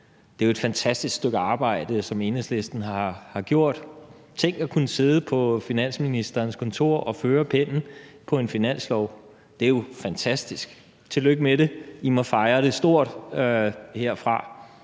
Det er jo et fantastisk stykke arbejde, som Enhedslisten har gjort. Tænk at kunne sidde på finansministerens kontor og føre pennen på en finanslov. Det er jo fantastisk! Tillykke med det. I må fejre det stort herfra.